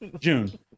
June